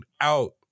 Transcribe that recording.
out